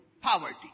poverty